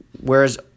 whereas